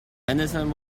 henderson